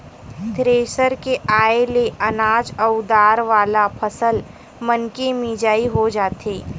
thresher के आये ले अनाज अउ दार वाला फसल मनके मिजई हो जाथे